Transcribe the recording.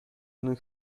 نوک